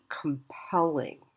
compelling